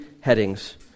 headings